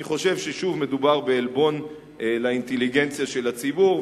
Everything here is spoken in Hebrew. אני חושב ששוב מדובר בעלבון לאינטליגנציה של הציבור,